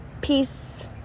peace